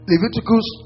Leviticus